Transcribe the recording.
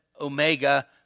Omega